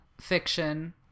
fiction